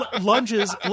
lunges